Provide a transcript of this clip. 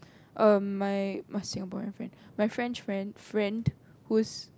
um my my Singaporean friend my French friend friend who is